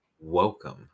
welcome